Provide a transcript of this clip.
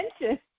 attention